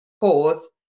pause